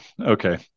okay